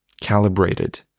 calibrated